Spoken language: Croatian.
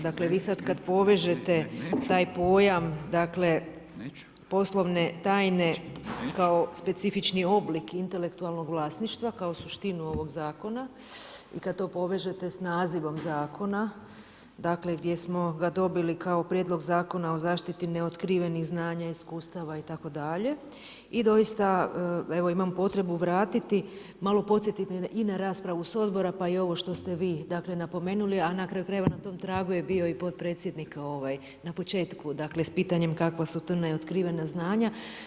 Dakle, vi sad kad povežete taj pojam poslovne tajne kao specifični oblik intelektualnog vlasništva, kao suštinu ovog zakona i kad to povežete s nazivom zakona gdje smo ga dobili kao Prijedlog zakona o zaštiti neotkrivenih znanja, iskustava itd. i doista evo imam potrebu vratiti, malo podsjetiti i na raspravu s odbora pa i ovo što ste vi dakle napomenuli a na kraju krajeva na tom tragu je bio i potpredsjednik na početku dakle s pitanjem kakva su to neotkrivena znanja.